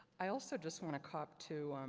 i also just want to cop to